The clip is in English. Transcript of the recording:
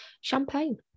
Champagne